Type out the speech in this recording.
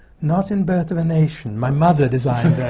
not in birth of a nation. my mother designed